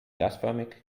gasförmig